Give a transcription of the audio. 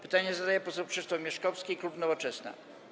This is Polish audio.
Pytanie zadaje poseł Krzysztof Mieszkowski, klub Nowoczesna.